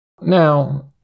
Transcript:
Now